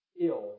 ill